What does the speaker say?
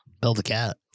Build-A-Cat